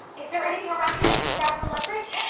is there anything around you that you can grab for leverage?